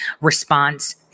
response